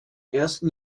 ersten